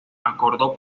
acordó